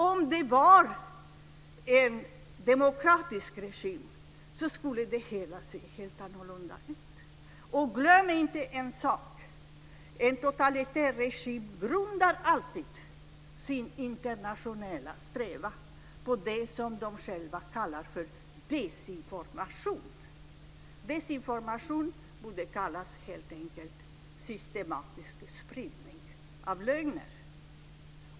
Om det var en demokratisk regim skulle det hela se helt annorlunda ut. Glöm inte en sak: En totalitär regim grundar alltid sin internationella strävan på det som de själva kallar desinformation. Desinformation borde helt enkelt kallas för systematisk spridning av lögner.